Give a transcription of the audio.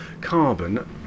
carbon